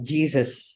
Jesus